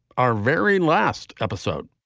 our very last episode.